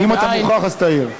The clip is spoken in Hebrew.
אם אתה מוכרח, אז תעיר.